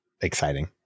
exciting